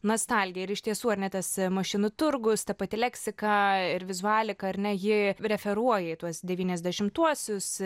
nostalgija ir iš tiesų ar ne tas mašinų turgus ta pati leksika ir vizualika ar ne ji referuoja į tuos devyniasdešimtuosius